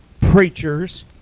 preachers